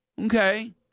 Okay